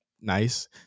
nice